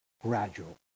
gradual